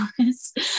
honest